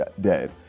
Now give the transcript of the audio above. dead